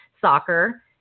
soccer